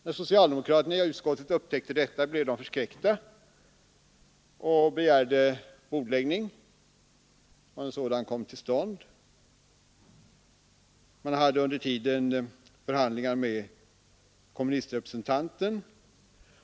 Då socialdemokraterna i utskottet upptäckte detta, blev de förskräckta och begärde bordläggning. En sådan kom till stånd. Under tiden förde socialdemokraterna förhandlingar med kommunistrepresentanten.